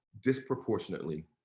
disproportionately